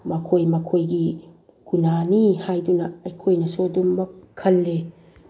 ꯃꯈꯣꯏ ꯃꯈꯣꯏꯒꯤ ꯒꯨꯅꯥꯅꯤ ꯍꯥꯏꯗꯨꯅ ꯑꯩꯈꯣꯏꯅꯁꯨ ꯑꯗꯨꯃꯛ ꯈꯜꯂꯤ